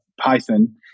Python